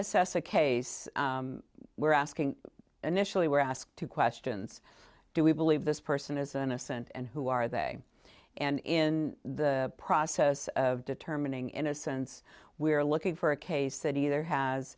assess a case we're asking initially we're ask two questions do we believe this person is an ascent and who are they and in the process of determining innocence we are looking for a case that either has